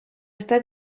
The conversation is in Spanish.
está